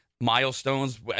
milestones